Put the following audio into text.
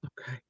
Okay